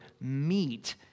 meet